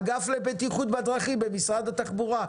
אלא אגף לבטיחות בדרכים במשרד התחבורה,